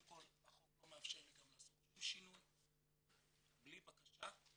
לא מאפשר לי גם לעשות שום שינוי בלי בקשה,